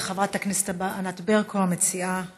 חברת הכנסת הבאה, ענת ברקו, המציעה הבאה.